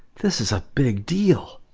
this is a big deal.